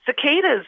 cicadas